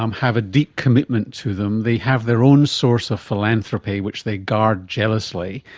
um have a deep commitment to them, they have their own source of philanthropy which they guard jealously,